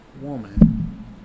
woman